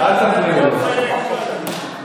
גם אתה נראה כולך מחייך,